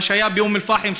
מה שהיה באום אל-פחם,